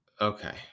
Okay